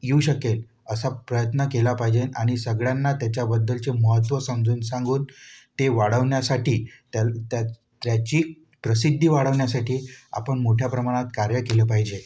येऊ शकेल असा प्रयत्न केला पाहिजे आणि सगळ्यांना त्याच्याबद्दलचे महत्त्व समजून सांगून ते वाढवण्यासाठी त्याल त्या त्याची प्रसिद्धी वाढवण्यासाठी आपण मोठ्या प्रमाणात कार्य केलं पाहिजे